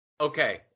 Okay